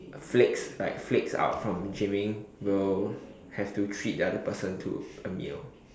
uh flakes like flake out of gyming will have to treat the other person to a meal